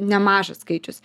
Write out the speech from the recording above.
nemažas skaičius